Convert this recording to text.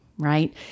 Right